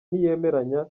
ntiyemeranya